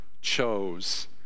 chose